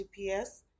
gps